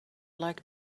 like